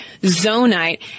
Zonite